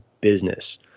business